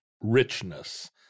richness